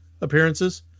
appearances